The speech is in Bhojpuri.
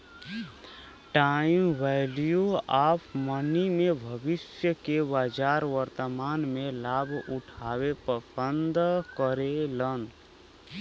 टाइम वैल्यू ऑफ़ मनी में भविष्य के बजाय वर्तमान में लाभ उठावे पसंद करेलन